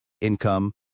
income